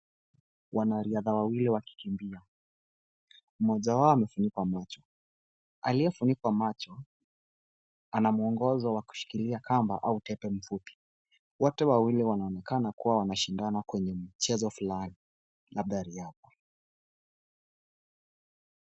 Wanariadha wawili wakikimbia. Mmoja wao amefunikwa macho. Aliyefunikwa macho anamuongozo wa kushikilia kamba au tepe fupi. Wote wawili wanaonekana wakishindana kwenye mchezo fulani labda ya riadha.